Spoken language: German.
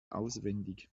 auswendig